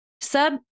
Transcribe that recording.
Sub